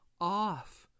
off